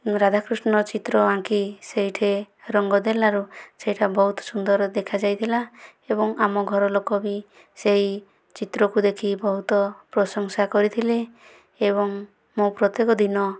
ମୁଁ ରାଧା କୃଷ୍ଣ ଚିତ୍ର ଆଙ୍କି ସେଇଠେ ରଙ୍ଗ ଦେଲାରୁ ସେଇଟା ବହୁତ ସୁନ୍ଦର ଦେଖା ଯାଇଥିଲା ଏବଂ ଆମ ଘର ଲୋକ ବି ସେଇ ଚିତ୍ରକୁ ଦେଖି ବହୁତ ପ୍ରଶଂସା କରିଥିଲେ ଏବଂ ମୁଁ ପ୍ରତ୍ୟେକ ଦିନ